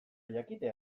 jakitea